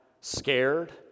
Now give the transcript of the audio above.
scared